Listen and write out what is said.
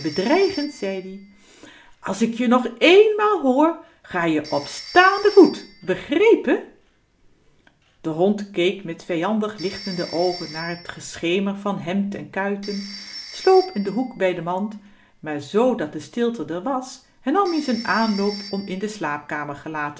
bedreigend zei ie als k je nog eenmaal hoor ga je op staan kier den voet begrepen de hond keek met vijandig lichtende oogen naar t geschemer van hemd en kuiten sloop in den hoek bij de mand maar z dat de stilte r was hernam ie z'n aanloop om in de slaapkamer gelaten